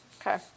Okay